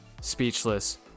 Speechless